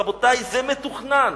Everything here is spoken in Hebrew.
רבותי, זה מתוכנן.